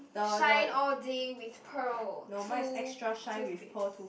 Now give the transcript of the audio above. shine all day with pearl too~ toothpaste